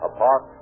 Apart